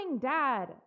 Dad